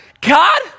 God